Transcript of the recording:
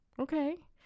Okay